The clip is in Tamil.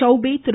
சௌபே திரு